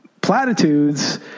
platitudes